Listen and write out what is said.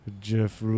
Jeff